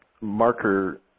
marker